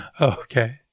Okay